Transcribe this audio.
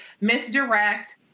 misdirect